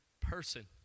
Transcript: person